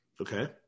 Okay